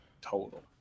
total